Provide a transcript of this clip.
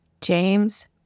James